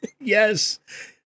Yes